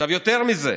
עכשיו, יותר מזה: